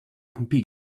compete